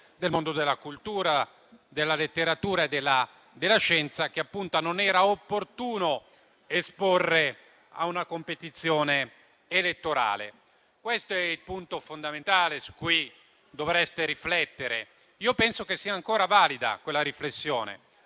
del mondo della cultura, della letteratura e della scienza, che non era opportuno esporre a una competizione elettorale. Questo è il punto fondamentale su cui dovreste riflettere. Io penso che sia ancora valida quella riflessione: